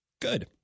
Good